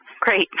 Great